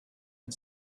and